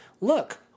Look